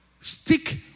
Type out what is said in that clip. Stick